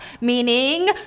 meaning